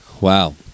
Wow